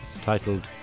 titled